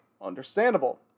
Understandable